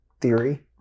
theory